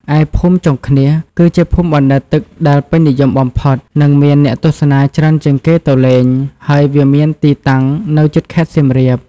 ឯភូមិចុងឃ្នៀស គឺជាភូមិបណ្តែតទឹកដែលពេញនិយមបំផុត និងមានអ្នកទស្សនាច្រើនជាងគេទៅលេង ហើយវាមានទីតាំងនៅជិតខេត្តសៀមរាប។